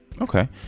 Okay